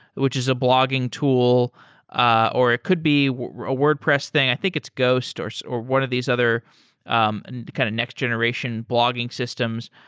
which is a blogging tool ah or it could be ah wordpress thing. i think it's ghost or so or one of these other um and kind of next-generation blogging systems.